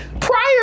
prior